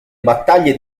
battaglie